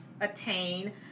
attain